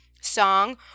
song